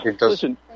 listen